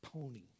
pony